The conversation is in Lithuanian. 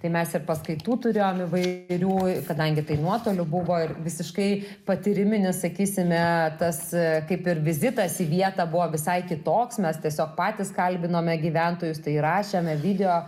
tai mes ir paskaitų turėjom įvairių kadangi tai nuotoliu buvo ir visiškai patyriminis sakysime tas kaip ir vizitas į vietą buvo visai kitoks mes tiesiog patys kalbinome gyventojus tai įrašėme video